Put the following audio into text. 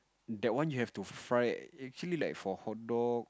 that one you have to fry actually like for hotdog